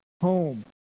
home